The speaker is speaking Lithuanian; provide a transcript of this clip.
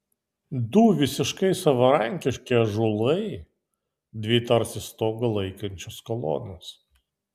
du visiškai savarankiški ąžuolai dvi tarsi stogą laikančios kolonos